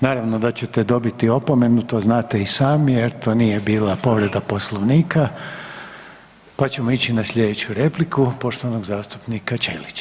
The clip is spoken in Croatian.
Naravno da ćete dobiti opomenu to znate i sami jer to nije bila povreda Poslovnika, pa ćemo ići na sljedeću repliku poštovanog zastupnika Ćelića.